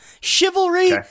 chivalry